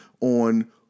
on